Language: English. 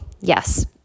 yes